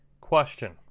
question